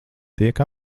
tiek